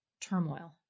turmoil